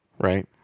right